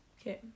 Okay